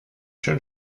schön